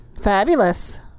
Fabulous